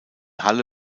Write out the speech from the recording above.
halle